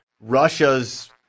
Russia's